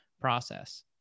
process